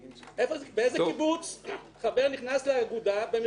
באיזה קיבוץ חבר נכנס לאגודה במכרז?